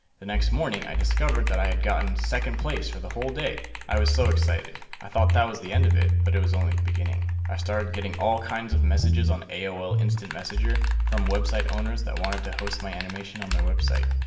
the next morning, i discovered that i had gotten second place for the whole day! i was so excited. i thought that was the end of it, but it was only the beginning. i started getting all kinds of messages on aol instant messenger, from website owners that wanted to host my animation on their website.